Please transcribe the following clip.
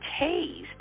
tased